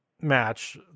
match